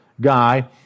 guy